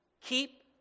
keep